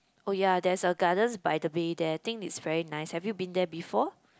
oh ya there's a Gardens-by-the-Bay there I think it's very nice have you been there before